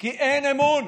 כי אין אמון,